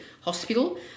hospital